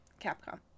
Capcom